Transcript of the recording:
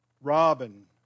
Robin